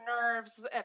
nerves